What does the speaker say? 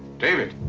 david!